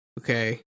Okay